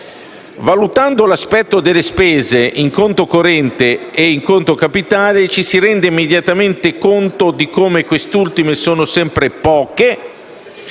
Valutando l'aspetto delle spese in conto corrente e in conto capitale, ci si rende immediatamente conto di come queste ultime siano sempre poche